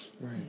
Right